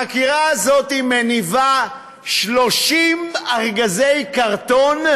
החקירה הזאת מניבה 30 ארגזי קרטון,